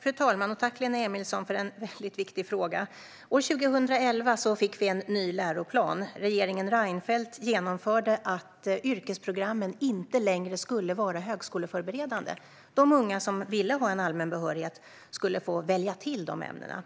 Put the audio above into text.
Fru talman! Tack, Lena Emilsson, för en väldigt viktig fråga! År 2011 fick vi en ny läroplan. Regeringen Reinfeldt genomförde att yrkesprogrammen inte längre skulle vara högskoleförberedande. De unga som ville ha en allmän behörighet skulle få välja till de ämnena.